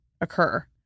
occur